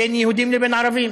בין יהודים לבין ערבים.